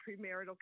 premarital